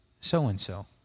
so-and-so